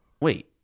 wait